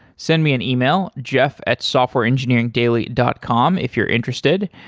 send me an email, jeff at softwareengineeringdaily dot com if you're interested.